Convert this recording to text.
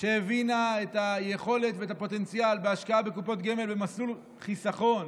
שהבינה את היכולת ואת הפוטנציאל בהשקעה בקופות גמל במסלול חיסכון